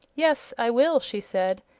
yes, i will, she said,